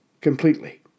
completely